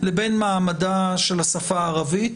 לבין מעמדה של השפה הערבית,